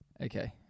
Okay